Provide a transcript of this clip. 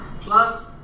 plus